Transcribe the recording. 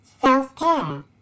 Self-care